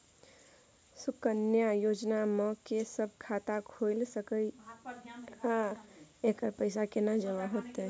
सुकन्या योजना म के सब खाता खोइल सके इ आ एकर पैसा केना जमा होतै?